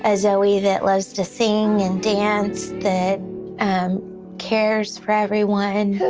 ah zoe that loves to sing and dance. that and cares for everyone.